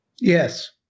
Yes